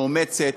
מאומצת,